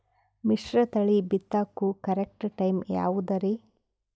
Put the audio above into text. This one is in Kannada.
ಮಿಶ್ರತಳಿ ಬಿತ್ತಕು ಕರೆಕ್ಟ್ ಟೈಮ್ ಯಾವುದರಿ?